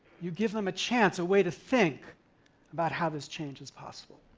you give em em a chance, a way to think about how this change is possible.